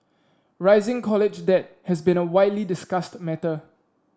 rising college debt has been a widely discussed matter